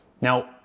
Now